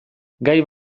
gai